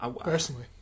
Personally